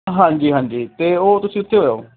ਹਾਂਜੀ ਹਾਂਜੀ ਅਤੇ ਉਹ ਤੁਸੀਂ ਉੱਥੇ ਹੋਇਓ